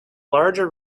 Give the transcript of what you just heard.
larger